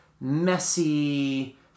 messy